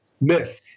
myth